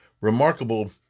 remarkable